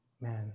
man